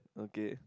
okay